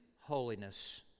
holiness